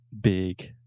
big